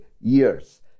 years